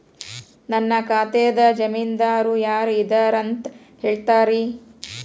ನನ್ನ ಖಾತಾದ್ದ ಜಾಮೇನದಾರು ಯಾರ ಇದಾರಂತ್ ಹೇಳ್ತೇರಿ?